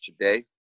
today